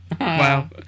Wow